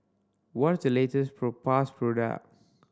what the latest propass product